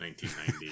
1990